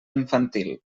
infantil